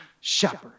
shepherd